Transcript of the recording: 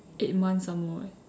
eight months some more eh